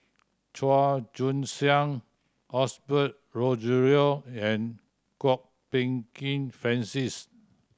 Chua Joon Siang Osbert Rozario and Kwok Peng Kin Francis